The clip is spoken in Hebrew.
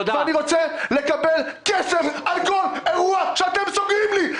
אני רוצה לקבל כסף על כל אירוע שאתם סוגרים לי.